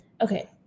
Okay